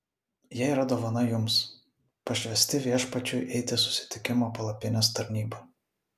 jie yra dovana jums pašvęsti viešpačiui eiti susitikimo palapinės tarnybą